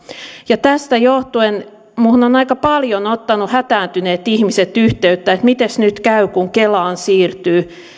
tästä johtuen minuun ovat aika paljon ottaneet hätääntyneet ihmiset yhteyttä että mites nyt käy kun kelaan siirtyy